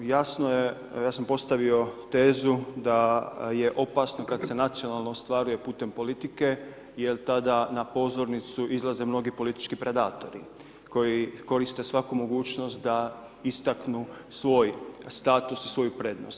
Jasno je, ja sam postavio tezu da je opasno kad se nacionalno ostvaruje putem politike jer tada na pozornicu izlaze mnogi politički predatori koji koriste svaku mogućnost da istaknu svoj status, svoju prednost.